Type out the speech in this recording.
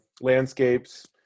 landscapes